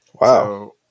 wow